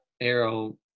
Arrow